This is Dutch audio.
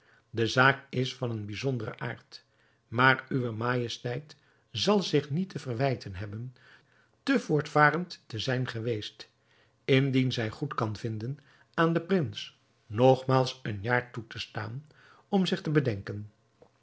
de zaak is van een bijzonderen aard maar uwe majesteit zal zich niet te verwijten hebben te voortvarend te zijn geweest indien zij goed kan vinden aan den prins nogmaals een jaar toe te staan om zich te bedenken